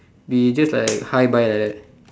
we just like hi bye like that